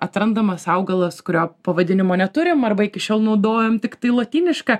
atrandamas augalas kurio pavadinimo neturim arba iki šiol naudojom tiktai lotynišką